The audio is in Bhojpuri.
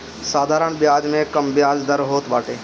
साधारण बियाज में कम बियाज दर होत बाटे